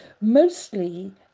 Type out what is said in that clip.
Mostly